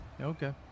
Okay